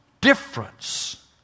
difference